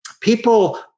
people